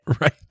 Right